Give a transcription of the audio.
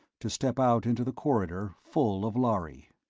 to step out into the corridor full of lhari.